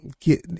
get